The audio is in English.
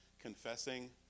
confessing